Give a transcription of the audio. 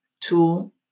tool